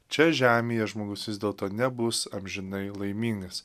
čia žemėje žmogus vis dėlto nebus amžinai laimingas